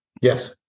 Yes